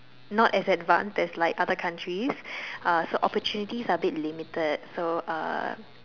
not as advanced as like other countries uh so opportunities are a bit limited so uh